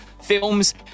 films